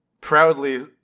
proudly